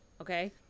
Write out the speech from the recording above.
Okay